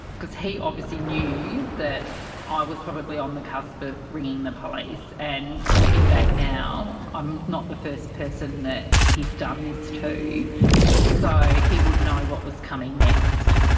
cause he obviously knew that ah i was probably on the cusp of ringing the police and looking back now, i'm not the first person that he's done this to so he would know what was coming next.